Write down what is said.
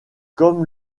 comme